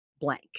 blank